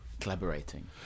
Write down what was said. collaborating